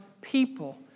people